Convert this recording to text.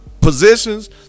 positions